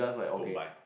don't buy